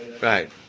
right